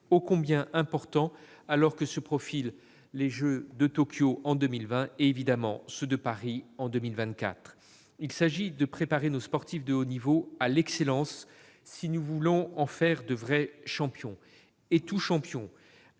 haut niveau français, alors que se profilent les jeux de Tokyo en 2020, puis, surtout, de Paris en 2024. Il s'agit de préparer nos sportifs de haut niveau à l'excellence, si nous voulons en faire de vrais champions. Or tout champion,